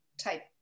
type